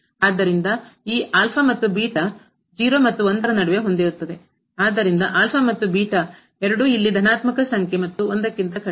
ಆದ್ದರಿಂದ ಈ ಮತ್ತು 0 ಮತ್ತು 1ರ ನಡುವೆಹೊಂದಿರುತ್ತದೆ ಆದ್ದರಿಂದ ಮತ್ತು ಎರಡೂ ಇಲ್ಲಿ ಧನಾತ್ಮಕ ಸಂಖ್ಯೆ ಮತ್ತು 1 ಕ್ಕಿಂತ ಕಡಿಮೆ